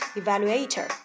evaluator